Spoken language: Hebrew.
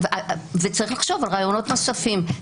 וצריך לחשוב על רעיונות נוספים.